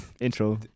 Intro